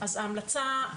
המלצה,